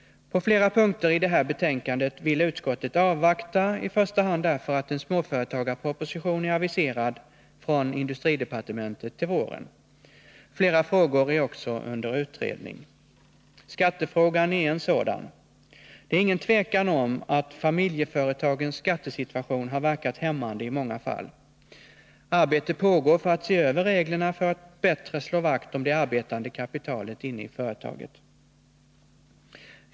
På flera punkter i näringsutskottets betänkande 64 vill utskottet avvakta, i första hand därför att en småföretagarproposition är aviserad från industridepartementet till våren. Flera frågor är också under utredning. Skattefrågan är en sådan. Det råder inget tvivel om att familjeföretagens skattesituation i många fall har verkat hämmande. Arbete pågår med att se över reglerna för att man bättre skall kunna slå vakt om det arbetande kapitalet inne i företaget.